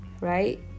right